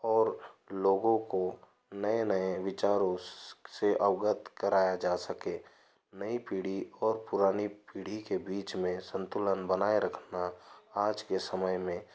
और लोगों को नए नए विचारों से अवगत कराया जा सके नई पीढ़ी और पुरानी पीढ़ी के बीच में संतुलन बनाए रखना आज के समय में